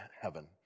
heaven